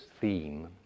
theme